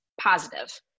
positive